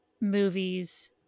movies